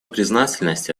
признательности